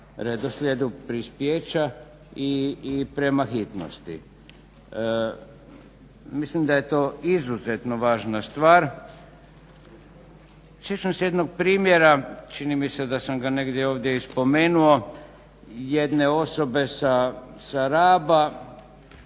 redoslijedu prispijeća i prema hitnosti. Mislim da je to izuzetno važna stvar. Sjećam se jednog primjera čini mi se da sam ga negdje ovdje i spomenuo jedne osobe sa Raba